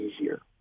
easier